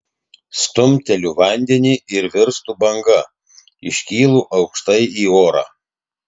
stumteliu vandenį ir virstu banga iškylu aukštai į orą